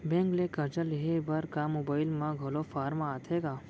Bank ले करजा लेहे बर का मोबाइल म घलो फार्म आथे का?